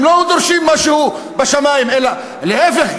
הם לא דורשים משהו בשמים, אלא להפך.